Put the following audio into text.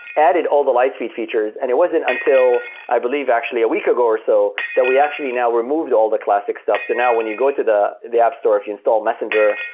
added all the lightspeed features and it wasn't until i believe actually a week ago or so that we actually now removed all the classic stuff. now when you go to the the app store, if you install messenger,